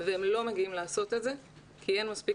והם לא מגיעים לעשות את זה כי אין מספיק